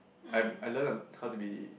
I I learnt how to be